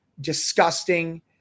disgusting